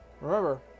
remember